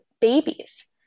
babies